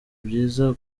byiza